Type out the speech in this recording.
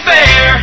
Fair